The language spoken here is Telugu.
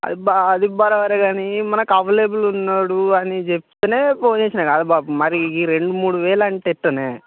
అబ్బా అది బరాబరే గానీ మనకు అవైలబుల్ ఉన్నోడు అని చెప్తేనే ఫోన్ చేసినా కదా బాపు మరి ఈ రెండు మూడు వేలంటే ఎట్టనే